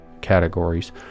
categories